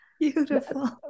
beautiful